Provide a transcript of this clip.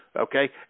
okay